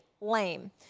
Lame